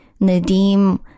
Nadim